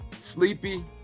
Sleepy